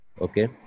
okay